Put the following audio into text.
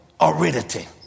aridity